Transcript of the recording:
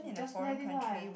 just left it lah